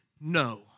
No